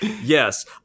Yes